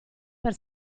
per